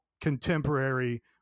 contemporary